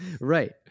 Right